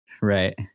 Right